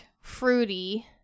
fruity